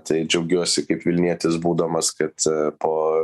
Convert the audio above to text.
tai džiaugiuosi kaip vilnietis būdamas kad po